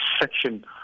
section